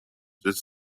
this